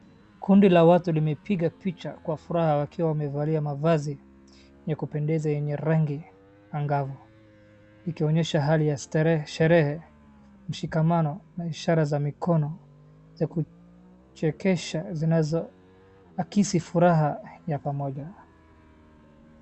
Kundi la watu limepiga picha kwa furaha wakiwa wamevalia mavazi ya kupendeza yenye rangi angavu. Ikionyesha hali ya sherehe, mshikamano na ishara za mikono za kuchekesha zinazoakisi furaha ya pamoja.